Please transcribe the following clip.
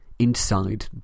inside